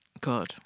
Good